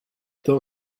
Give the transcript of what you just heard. toho